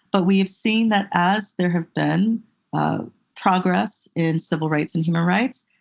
but we've seen that as there has been progress in civil rights and human rights,